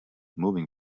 moving